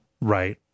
right